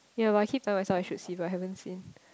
ya but I keep tell myself I should see but I haven't seen